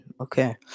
Okay